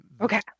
okay